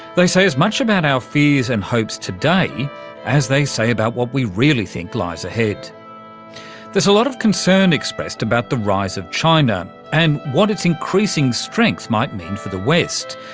they say as much about our fears and hopes today as they say about what we really think lies ahead. there's a lot of concern expressed about the rise of china and what its increasing strength might mean for the west.